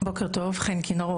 בוקר טוב, חן כינור.